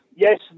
Yes